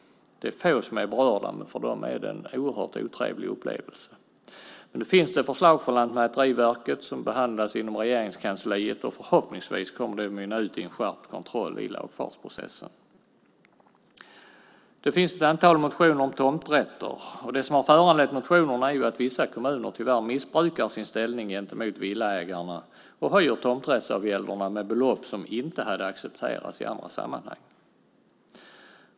Det är få som är berörda, men för dem är det en otrevlig upplevelse. Det finns förslag från Lantmäteriverket som nu behandlas inom Regeringskansliet och förhoppningsvis kommer att mynna ut i en skärpt kontroll i lagfartsprocessen. Det finns ett antal motioner om tomträtter. Det som har föranlett motionerna, är att vissa kommuner tyvärr missbrukar sin ställning gentemot villaägarna och höjer tomträttsavgälderna med belopp som inte hade accepterats i andra sammanhang.